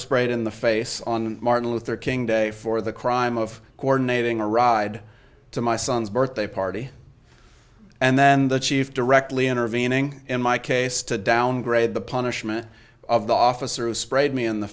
sprayed in the face on martin luther king day for the crime of coordinating a ride to my son's birthday party and then the chief directly intervening in my case to downgrade the punishment of the officer who sprayed me in the